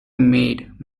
maid